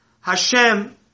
Hashem